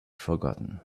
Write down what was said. forgotten